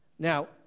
Now